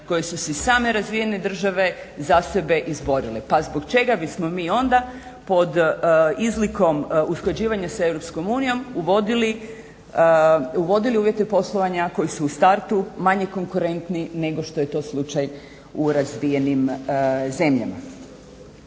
koje su si same razvijene države za sebe izborile. Pa zbog čega bismo mi onda pod izlikom usklađivanja s Europskom unijom uvodili uvjete poslovanja koji su u startu manje konkurentni nego što je to slučaj u razvijenim zemljama.